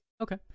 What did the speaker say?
Okay